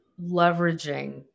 leveraging